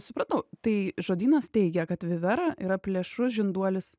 supratau tai žodynas teigia kad vivera yra plėšrus žinduolis